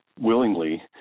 willingly